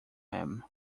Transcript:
him